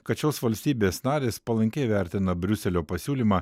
kad šios valstybės narės palankiai vertina briuselio pasiūlymą